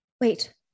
Wait